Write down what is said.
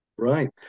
Right